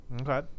Okay